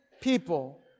people